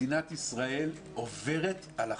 מדינת ישראל עוברת על החוק.